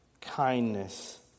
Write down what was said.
Kindness